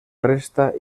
resta